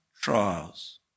trials